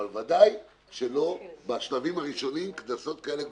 אבל בוודאי שלא בשלבים הראשונים קנסות כאלה גבוהים.